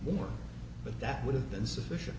work but that would have been sufficient